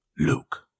Luke